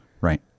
Right